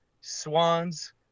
swans